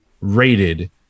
rated